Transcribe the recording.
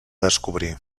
descobrir